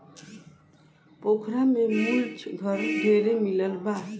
पोखरा में मुलच घर ढेरे मिलल बा